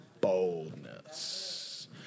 boldness